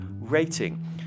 rating